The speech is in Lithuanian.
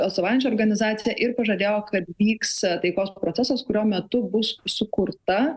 atstovaujančią organizaciją ir pažadėjo kad vyks taikos procesas kurio metu bus sukurta